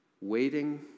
Waiting